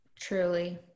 Truly